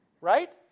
Right